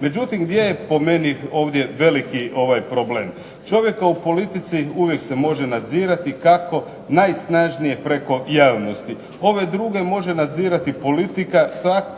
Međutim, gdje je po meni ovdje veliki problem, čovjeka u politici uvijek se može nadzirati kako najsnažnije preko javnosti, ove druge može nadzirati politika,